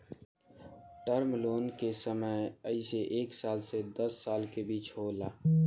term loan के समय अइसे एक साल से दस साल के बीच होला